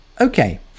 Okay